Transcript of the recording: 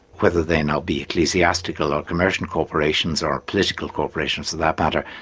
whether they now be ecclesiastical or commercial corporations or political corporations for that matter,